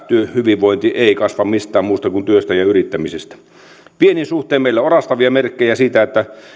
työhyvinvointi ei kasva mistään muusta kuin työstä ja yrittämisestä viennin suhteen meillä on orastavia merkkejä siitä että